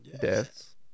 deaths